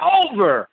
over